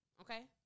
okay